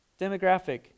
Demographic